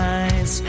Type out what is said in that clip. eyes